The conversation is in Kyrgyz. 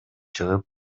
чыгып